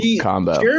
combo